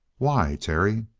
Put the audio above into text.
why, terry?